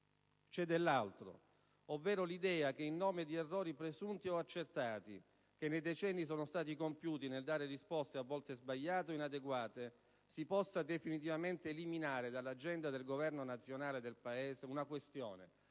C'è dell'altro: ovvero l'idea che, in nome di errori, presunti o accertati, che nei decenni sono stati compiuti nel dare risposte a volte sbagliate o inadeguate, si possa definitivamente eliminare dall'agenda del Governo nazionale del Paese una questione,